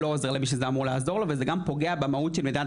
לא עוזר למי שזה אמור לעזור לו וזה גם פוגע במהות של מדינת